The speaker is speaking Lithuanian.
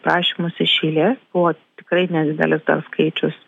prašymus iš eilės buvo tikrai nedidelis skaičius